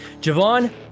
Javon